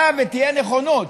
היה ותהיה נכונות,